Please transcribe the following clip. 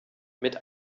mit